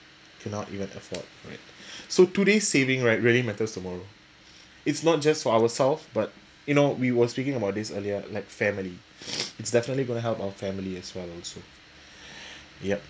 cannot even afford bread so today's savings right really matters tomorrow it's not just for ourself but you know we were speaking about this earlier like family it's definitely going to help our family also yup